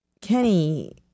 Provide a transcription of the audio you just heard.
Kenny